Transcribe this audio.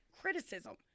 criticism